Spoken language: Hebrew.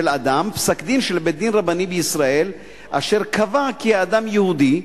אדם פסק-דין של בית-דין רבני בישראל אשר קבע כי האדם יהודי,